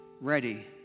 ready